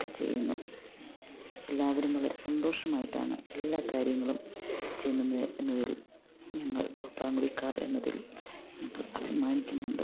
ഒക്കെ ചെയ്യുന്നു എല്ലാവരും വളരെ സന്തോഷമായിട്ടാണ് എല്ലാ കാര്യങ്ങളും ചെയ്യുന്നത് എന്നതിൽ ഞങ്ങൾ തോപ്രാംകുടിക്കാർ എന്നതിൽ ഞങ്ങൾ അഭിമാനിക്കുന്നുണ്ട്